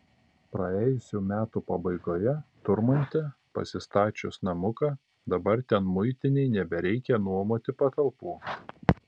praėjusių metų pabaigoje turmante pasistačius namuką dabar ten muitinei nebereikia nuomoti patalpų